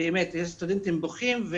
באמת יש סטודנטים שבוכים,